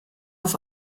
auf